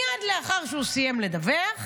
מייד לאחר שהוא סיים לדווח,